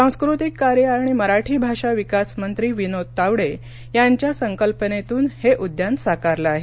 सांस्कृतिक कार्य आणि मराठी भाषा विकास मंत्री विनोद तावडे यांच्या संकल्पनेतून हे उद्यान साकारलं आहे